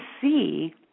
see